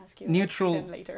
neutral